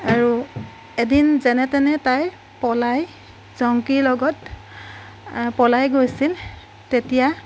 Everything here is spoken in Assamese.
আৰু এদিন যেনে তেনে তাই পলাই জংকীৰ লগত পলাই গৈছিল তেতিয়া